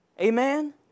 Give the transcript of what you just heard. Amen